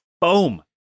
Boom